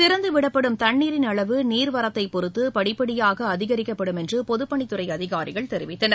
திறந்து விடப்படும் தண்ணீரின் அளவு நீர்வரத்தைப் பொறுத்து படிப்படியாக அதிகரிக்கப்படும் என்று பொதுப்பணிததுறை அதிகாரிகள் தெரிவித்தனர்